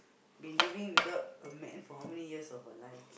been living without a man for how many years of her life